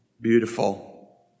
beautiful